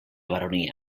baronia